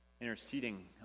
interceding